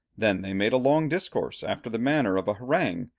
then they made a long discourse after the manner of a harangue,